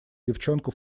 девчонку